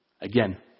Again